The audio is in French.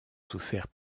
souffert